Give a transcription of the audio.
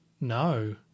No